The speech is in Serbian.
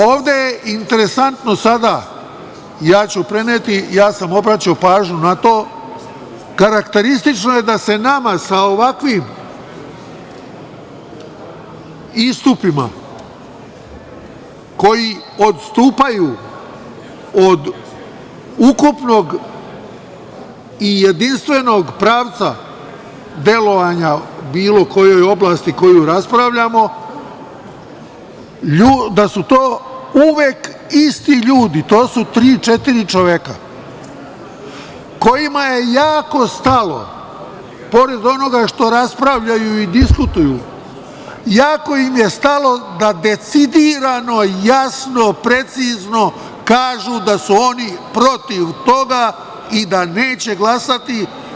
Ovde je interesantno sada, ja sam obraćao pažnju na to, karakteristično je da se nama sa ovakvim istupima koji odstupaju od ukupnog i jedinstvenog pravca delovanja u bilo kojoj oblasti koju raspravljamo, da su to uvek isti ljudi, to su tri, četiri čoveka kojima je jako stalo, pored onoga što raspravljaju i diskutuju da decidirano, jasno, precizno kažu da su oni protiv toga i da neće glasati.